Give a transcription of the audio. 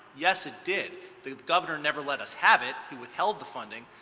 yes, it did. the governor never let us have it. he withheld the funding.